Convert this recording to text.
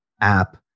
app